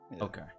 Okay